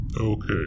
Okay